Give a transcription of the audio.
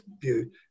view